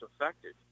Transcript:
affected